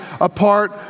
apart